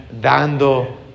Dando